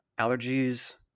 allergies